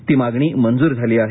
ती मागणी मंजूर झाली आहे